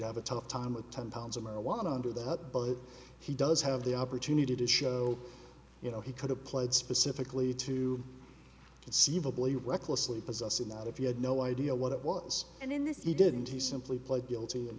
have a tough time with ten pounds of marijuana under that but he does have the opportunity to show you know he could have pled specifically to conceive a bully recklessly possessing that if you had no idea what it was and in this he didn't he simply pled guilty and